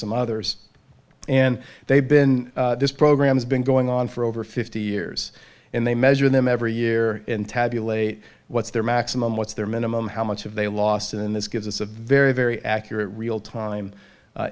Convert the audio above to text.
some others and they've been this program has been going on for over fifty years and they measure them every year in tabulate what's their maximum what's their minimum how much of they lost in this gives us a very very accurate real time